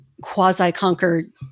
quasi-conquered